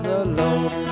alone